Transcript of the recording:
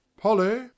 Polly